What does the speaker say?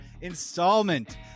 installment